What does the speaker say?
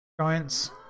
giants